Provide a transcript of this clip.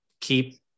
keep